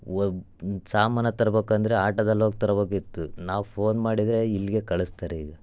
ಒಬ್ಬ ಒಂದು ಸಾಮಾನು ತರ್ಬೇಕಂದ್ರ ಆಟೋದಲ್ಲಿ ಹೋಗಿ ತರ್ಬೇಕಿತ್ತು ನಾವು ಫೋನ್ ಮಾಡಿದರೆ ಇಲ್ಲಿಗೇ ಕಳಸ್ತಾರೆ ಈಗ